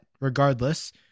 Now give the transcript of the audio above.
regardless